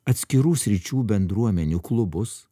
atskirų sričių bendruomenių klubus